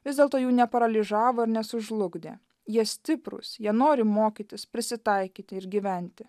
vis dėlto jų neparalyžiavo ir nesužlugdė jie stiprūs jie nori mokytis prisitaikyti ir gyventi